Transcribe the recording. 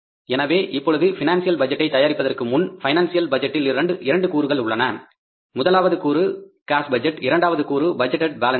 எனவே இப்பொழுது பினான்சியல் பட்ஜெட்டை தயாரிப்பதற்கு முன் பைனான்சியல் பட்ஜெட்டில் இரண்டு கூறுகள் உள்ளன முதலாவது கூறு கேஸ் பட்ஜெட் இரண்டாவது கூறு பட்ஜெட்டேட் பேலன்ஸ் ஷீட்